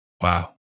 Wow